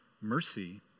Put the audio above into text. mercy